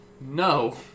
no